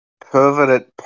perverted